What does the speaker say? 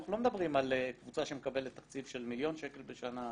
אנחנו לא מדברים על קבוצה שמקבלת תקציב של מיליון שקל בשנה,